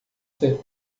ser